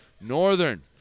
Northern